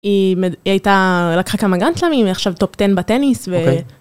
היא הייתה, לקחה כמה גראנד סלמים והיא עכשיו טופ 10 בטניס.